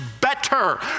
better